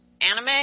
anime